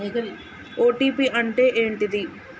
OTP అంటే ఏంటిది?